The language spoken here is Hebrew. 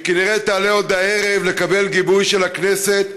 שכנראה תעלה עוד הערב לקבל גיבוי של הכנסת,